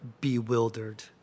bewildered